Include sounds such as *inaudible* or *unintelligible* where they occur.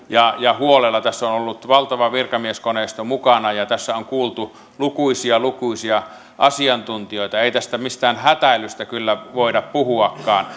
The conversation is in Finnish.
*unintelligible* ja ja huolella tässä on ollut valtava virkamieskoneisto mukana ja tässä on kuultu lukuisia lukuisia asiantuntijoita ja ei tässä mistään hätäilystä kyllä voi puhuakaan *unintelligible*